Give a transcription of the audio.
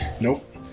Nope